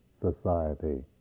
society